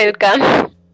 welcome